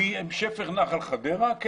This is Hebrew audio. משפך נחל חדרה.